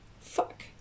fuck